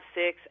six